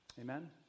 Amen